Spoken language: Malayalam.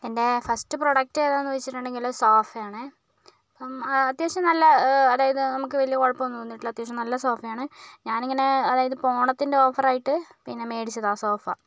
എന്റെ ഫസ്റ്റ് പ്രൊഡക്റ്റ് ഏതാണെന്ന് ചോദിച്ചിട്ടുണ്ടെങ്കിൽ സോഫ ആണ് അപ്പം അത്യാവശ്യം നല്ല അതായത് നമുക്ക് വല്യ കുഴപ്പം ഒന്നും തോന്നിയിട്ടില്ല അത്യാവശ്യം നല്ല സോഫയാണ് ഞാനിങ്ങനെ അതായത് ഇപ്പോൾ ഓണത്തിന്റെ ഓഫര് ആയിട്ട് പിന്നെ മേടിച്ചതാ സോഫ